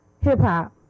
Hip-hop